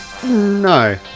no